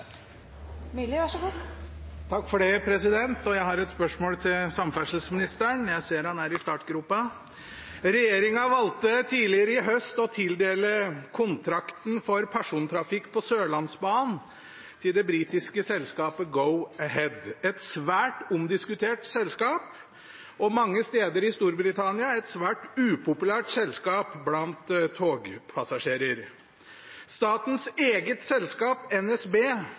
Jeg har et spørsmål til samferdselsministeren – jeg ser han er i startgropa. Regjeringen valgte tidligere i høst å tildele kontrakten for persontrafikk på Sørlandsbanen til det britiske selskapet Go-Ahead – et svært omdiskutert selskap og mange steder i Storbritannia et svært upopulært selskap blant togpassasjerene. Statens eget selskap, NSB,